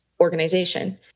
organization